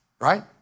right